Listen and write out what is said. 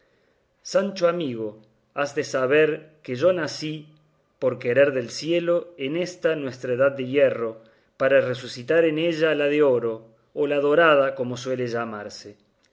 sancho amigo has de saber que yo nací por querer del cielo en esta nuestra edad de hierro para resucitar en ella la de oro o la dorada como suele llamarse